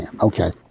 Okay